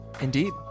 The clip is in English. indeed